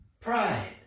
Pride